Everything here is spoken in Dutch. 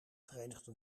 verenigde